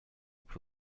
plus